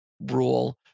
rule